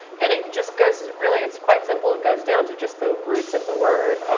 and it just goes really, it's quite simple. it goes down to just the roots of the word.